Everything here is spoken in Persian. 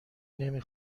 نمی